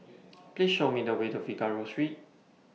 Please Show Me The Way to Figaro Street